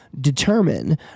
determine